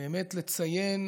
באמת לציין